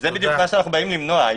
זה מה שאנחנו באים למנוע.